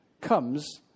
comes